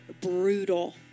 brutal